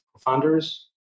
founders